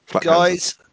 Guys